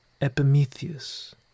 Epimetheus